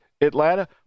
Atlanta